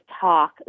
talk